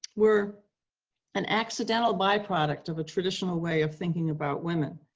were an accidental byproduct of a traditional way of thinking about women.